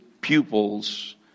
pupils